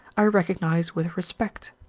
i recognise with respect.